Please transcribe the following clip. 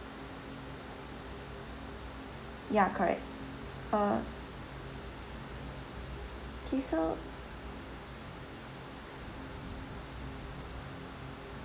ya correct uh K so